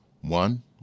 One